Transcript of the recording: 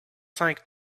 cinq